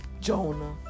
Jonah